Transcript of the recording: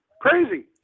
Crazy